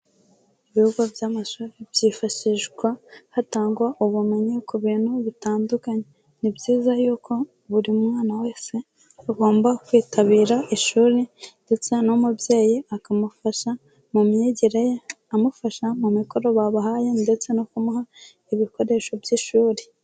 Ibigo by'amashuri byifashishwa hatangwa ubumenyi ku bintu bitandukanye, ni byiza y'uko buri mwana wese agomba kwitabira ishuri, ndetse n'umubyeyi akamufasha mu myigireye, amufasha mu mikoro babahaye, ndetse no kumuha ibikoresho by'ishuri.